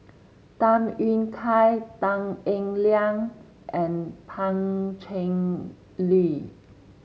Tham Yui Kai Tan Eng Liang and Pan Cheng Lui